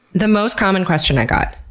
the most common question i got